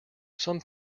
some